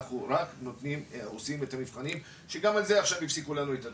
אנחנו רק עושים את המבחנים שגם על זה הפסיקו לנו עכשיו את התמיכה.